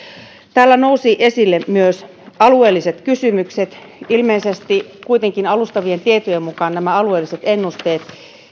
täällä nousivat esille myös alueelliset kysymykset ilmeisesti alustavien tietojen mukaan nämä alueelliset ennusteet